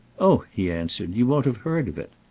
oh, he answered, you won't have heard of it!